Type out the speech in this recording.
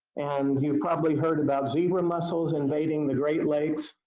and you've probably heard about zebra mussels invading the great lakes.